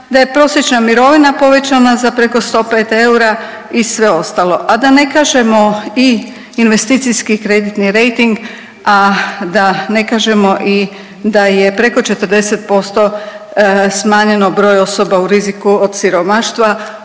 da je prosječna mirovina povećana za preko 105 eura i sve ostalo, a da ne kažemo i investicijski kreditni rejting, a da ne kažemo i da je preko 40% smanjeno broj osoba u riziku od siromaštva,